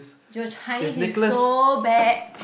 your Chinese is so bad